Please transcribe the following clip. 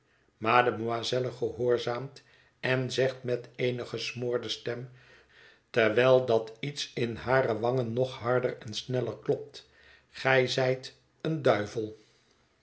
mademoiselle gehoorzaamt en zegt met eene gesmoorde stem terwijl dat iets in hare wangen nog harder en sneller klopt gij zijt een duivel